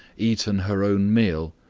eaten her own meal,